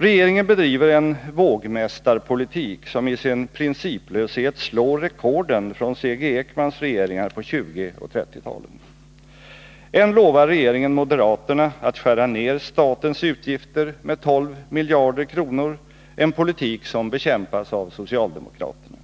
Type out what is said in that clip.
Regeringen bedriver en vågmästarpolitik som i sin principlöshet slår rekorden från C. G. Ekmans regeringar på 1920 och 1930-talen. Än lovar regeringen moderaterna att skära ned statens utgifter med 12 miljarder kronor, en politik som bekämpas av socialdemokraterna.